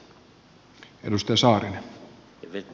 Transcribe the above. herra puhemies